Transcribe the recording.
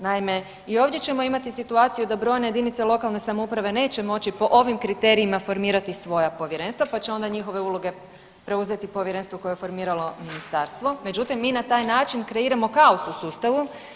Naime, i ovdje ćemo imati situaciju da brojne jedinice lokalne samouprave neće moći po ovim kriterijima formirati svoja povjerenstva pa će onda njihove uloge preuzeti povjerenstvo koje je formiralo ministarstvo, međutim mi na taj način kreiramo kaos u sustavu.